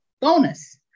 bonus